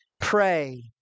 pray